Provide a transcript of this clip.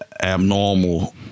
Abnormal